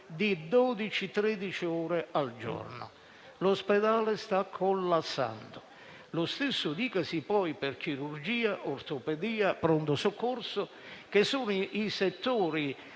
ore al giorno. L'ospedale sta collassando. Lo stesso dicasi per chirurgia, ortopedia e pronto soccorso, che sono i settori